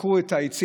עקרו את העצים,